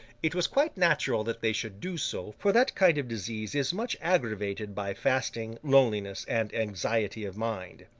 it was quite natural that they should do so, for that kind of disease is much aggravated by fasting, loneliness, and anxiety of mind.